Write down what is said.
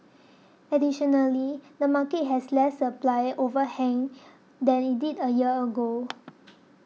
additionally the market has less supply overhang than it did a year ago